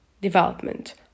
development